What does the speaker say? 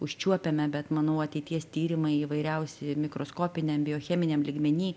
užčiuopiame bet manau ateities tyrimai įvairiausi mikroskopiniam biocheminiam lygmeny